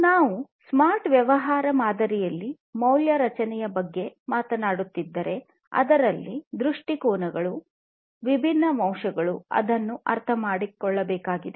ನಾವು ಸ್ಮಾರ್ಟ್ ವ್ಯವಹಾರ ಮಾದರಿಯಲ್ಲಿ ಮೌಲ್ಯ ರಚನೆಯ ಬಗ್ಗೆ ಮಾತನಾಡುತ್ತಿದ್ದರೆ ಅದರಲ್ಲಿಯ ದೃಷ್ಟಿಕೋನಗಳು ವಿಭಿನ್ನ ಅಂಶಗಳು ಅದನ್ನು ಅರ್ಥಮಾಡಿಕೊಳ್ಳಬೇಕಾಗಿದೆ